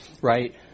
right